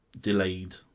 delayed